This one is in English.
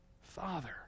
Father